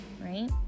right